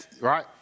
Right